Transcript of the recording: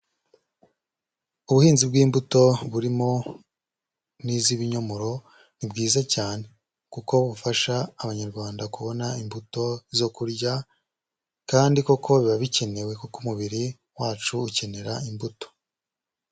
Ubuhinzi bw'imbuto burimo n'iz'ibinyomoro ni bwiza cyane, kuko bufasha abanyarwanda kubona imbuto zo kurya, kandi koko biba bikenewe kuko umubiri wacu ukenera imbuto.